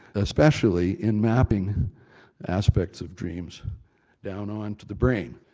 especially in mapping aspects of dreams down onto the brain.